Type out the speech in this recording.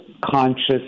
conscious